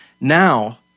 now